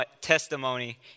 testimony